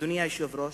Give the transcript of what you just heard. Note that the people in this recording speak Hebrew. אדוני היושב-ראש,